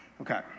Okay